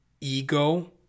ego